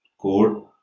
code